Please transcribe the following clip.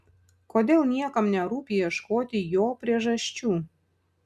kodėl niekam nerūpi ieškoti jo priežasčių